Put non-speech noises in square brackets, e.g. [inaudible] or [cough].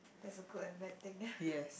that's a good and bad thing [laughs]